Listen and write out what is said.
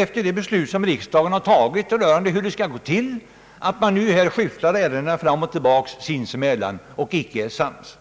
Efter det beslut som riksdagen har fattat om hur det skall gå till är det förvånansvärt hur man här skyfflar ärendena fram och tillbaka sinsemellan och inte är sams.